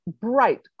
bright